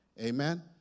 Amen